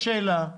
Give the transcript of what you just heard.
השאלה היא